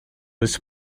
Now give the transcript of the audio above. was